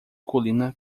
colina